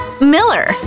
Miller